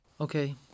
Okay